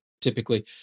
typically